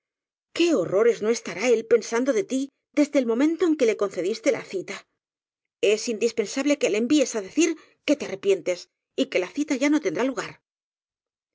qué horrores no esta rá él pensando de tí desde el momento en que le concediste la cita es indispensable que le envíes á decir que te arrepientes y que la cita ya no ten drá lugar